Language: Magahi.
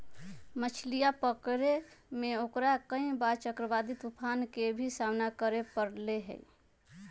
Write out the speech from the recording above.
मछलीया पकड़े में ओकरा कई बार चक्रवाती तूफान के भी सामना करे पड़ले है